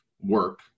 work